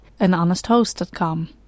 anhonesthost.com